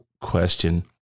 question